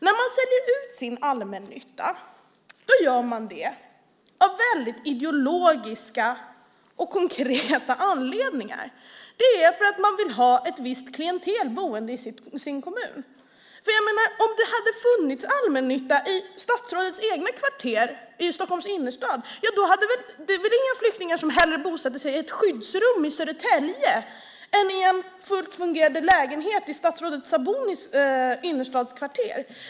När man säljer ut allmännyttan gör man det av väldigt ideologiska och konkreta anledningar. Det är för att man vill ha ett visst klientel boende i sin kommun. Om det hade funnits allmännytta i statsrådets egna kvarter i Stockholms innerstad hade det inte funnits några flyktingar som hellre bosatt sig i ett skyddsrum i Södertälje än i en fullt fungerande lägenhet i statsrådet Sabunis innerstadskvarter.